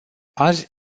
azi